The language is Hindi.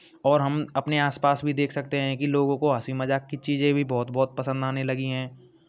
और हम अपने आस पास भी देख सकते हैं कि लोगों को हंसी मज़ाक की चीज़ें भी बहुत बहुत पसंद आने लगी हैं